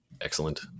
excellent